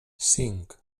cinc